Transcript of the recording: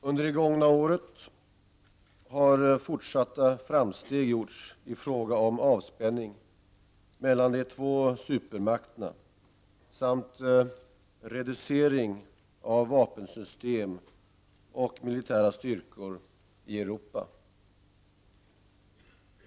Under det gångna året har fortsatta framsteg gjorts i fråga om avspänning mellan de två supermakterna samt reducering av vapensystem och militära styrkor i Europa.